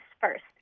first